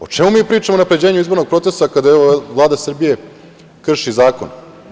O čemu mi pričamo, o unapređenju izbornog procesa, kada Vlada Srbije krši zakon?